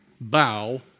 bow